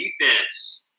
defense